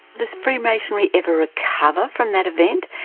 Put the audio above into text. does freemasonry ever recover from that event,